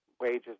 wages